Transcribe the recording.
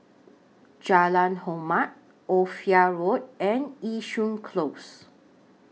Jalan Hormat Ophir Road and Yishun Close